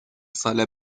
سال